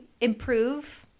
improve